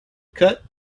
cut